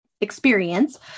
experience